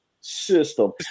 system